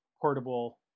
portable